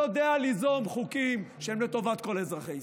להגות וליזום חוקים שהם לטובת כל אזרחי ישראל.